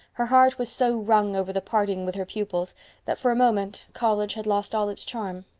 her heart was so wrung over the parting with her pupils that for a moment college had lost all its charm.